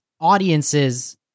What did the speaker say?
audiences